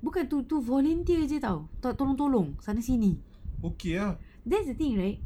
bukan to to volunteer jer [tau] nak tolong-tolong sana sini that's the thing right